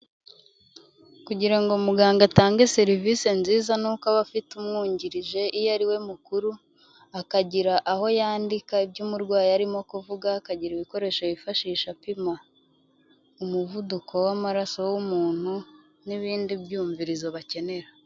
Kugira ngo muganga atange serivisi nziza, ni uko uko aba afite umwungirije iyo ari we mukuru, akagira aho yandika ibyo umurwayi arimo kuvuga, akagira ibikoresho yifashishapima umuvuduko w'amaraso w'umuntu n'ibindi byumvirizo bakenera.